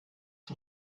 dem